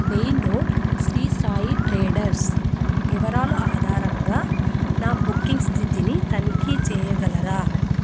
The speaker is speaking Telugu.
main road Shri Sai traders వివరాలు ఆధారంగా నా బుకింగ్ స్థితిని తనిఖీ చేయగలరా